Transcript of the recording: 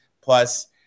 Plus